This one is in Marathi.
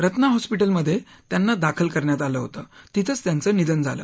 रत्ना हॉस्पिटलमध्यत्यिांना दाखल करण्यात आलं होतं तिथंच त्यांचं निधन झालं